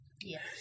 Yes